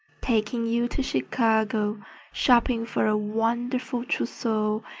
taking you to chicago shopping for a wonderful trousseau,